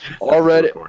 Already